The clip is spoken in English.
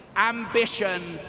ambition,